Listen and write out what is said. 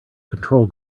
control